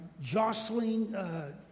jostling